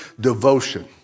devotion